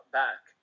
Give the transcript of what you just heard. back